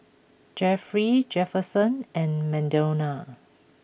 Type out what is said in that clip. Jefferey Jefferson and Madonna